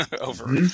over